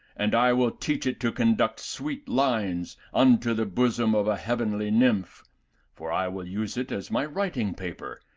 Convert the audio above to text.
and i will teach it to conduct sweet lines unto the bosom of a heavenly nymph for i will use it as my writing paper,